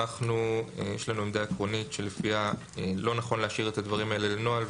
לנו יש עמדה עקרונית שלפיה לא נכון להשאיר את הדברים האלה בנוהל,